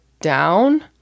down